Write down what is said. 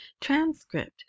transcript